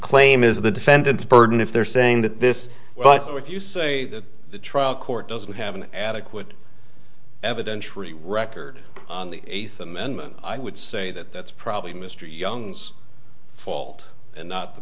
claim is the defendant's burden if they're saying that this but if you say that the trial court doesn't have an adequate evidentiary record on the eighth amendment i would say that that's probably mr young's fault and